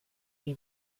die